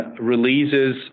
releases